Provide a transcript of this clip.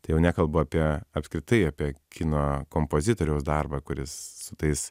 tai jau nekalbu apie apskritai apie kino kompozitoriaus darbą kuris su tais